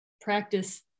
Practice